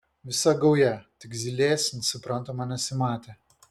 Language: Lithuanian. visa gauja tik zylės suprantama nesimatė